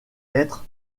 être